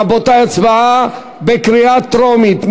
רבותי, הצבעה בקריאה טרומית.